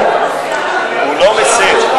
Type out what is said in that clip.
הוא לא מסיר.